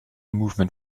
movement